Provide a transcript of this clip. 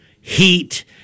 heat